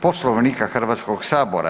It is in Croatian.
Poslovnika Hrvatskog sabora.